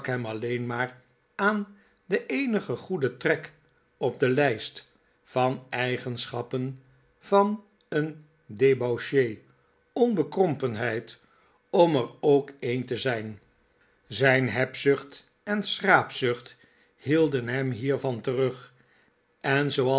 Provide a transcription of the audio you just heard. alleen maar aan den eenigen goeden trek op de lijst van eigenschappen van een debauche onbekrompenheid om er ook een te zijn zijn hebzucht en schraapzucht hielden hem hiervan terug en